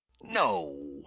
no